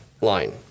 line